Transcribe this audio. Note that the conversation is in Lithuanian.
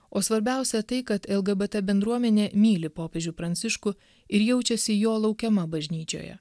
o svarbiausia tai kad lgbt bendruomenė myli popiežių pranciškų ir jaučiasi jo laukiama bažnyčioje